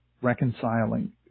reconciling